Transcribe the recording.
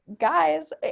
guys